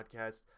podcast